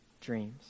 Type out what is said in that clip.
dreams